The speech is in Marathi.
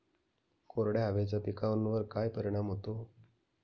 कोरड्या हवेचा पिकावर काय परिणाम होतो?